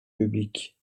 public